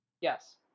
Yes